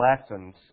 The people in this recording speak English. lessons